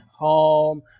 home